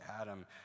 Adam